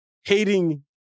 hating